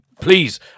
Please